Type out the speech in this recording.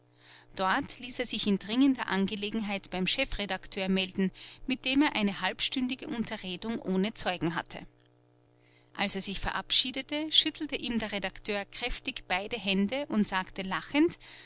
dort ließ er sich in dringender angelegenheit beim chefredakteur melden mit dem er eine halbstündige unterredung ohne zeugen hatte als er sich verabschiedete schüttelte ihm der redakteur kräftig beide hände und sagte lachend